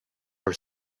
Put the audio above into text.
are